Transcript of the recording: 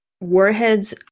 warheads